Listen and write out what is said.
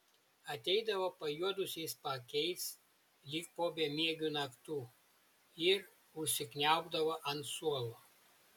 ateidavo pajuodusiais paakiais lyg po bemiegių naktų ir užsikniaubdavo ant suolo